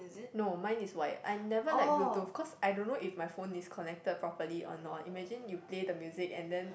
no mine is wired I never like Bluetooth because I don't know if my phone is connected properly or not imagine you play the music and then